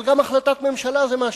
אבל גם החלטת ממשלה זה משהו,